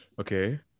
okay